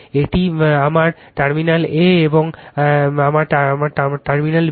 এটি আমার terminal A এবং এটি আমার B